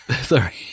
sorry